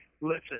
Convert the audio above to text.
listen